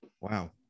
wow